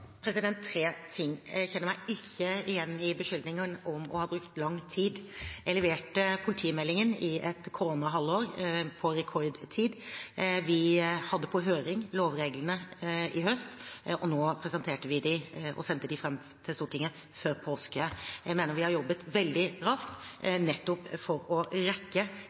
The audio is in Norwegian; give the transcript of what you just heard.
Tre ting: Jeg kjenner meg ikke igjen i beskyldningen om å ha brukt lang tid. Jeg leverte politimeldingen på rekordtid i et koronahalvår, vi hadde lovreglene på høring i høst, og nå presenterte vi dem og sendte dem til Stortinget før påske. Jeg mener vi har jobbet veldig raskt nettopp for å rekke